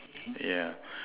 yeah